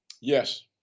Yes